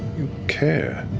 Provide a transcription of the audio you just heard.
you care.